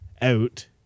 out